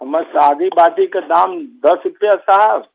ओमें सादी बाटी क दाम दस रुपया साहब